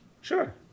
Sure